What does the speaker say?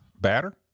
batter